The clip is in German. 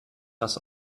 das